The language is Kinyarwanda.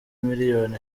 miliyoni